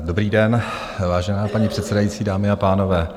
Dobrý den, vážená paní předsedající, dámy a pánové.